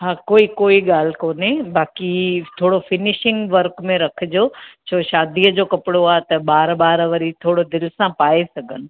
हा हा कोई कोई ॻाल्हि कोन्हे बाक़ी थोरो फिनिशिंग वर्क में रखिजो छो शादीअ जो कपिड़ो आहे त ॿार वार थोरो दिलि सां पाए सघनि